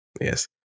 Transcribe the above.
yes